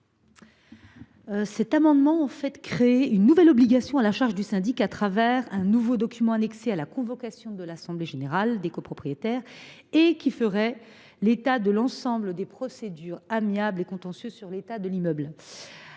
est adopté, créera une nouvelle obligation à la charge du syndic avec l’envoi d’un nouveau document annexé à la convocation de l’assemblée générale des copropriétaires, document qui ferait le point sur l’ensemble des procédures amiables et contentieuses sur l’état de l’immeuble.